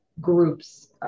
groups